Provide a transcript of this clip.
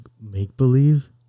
make-believe